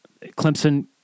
Clemson